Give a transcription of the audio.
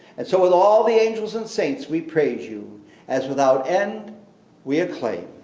and so with all the angels and saints we praise you as without end we acclaim.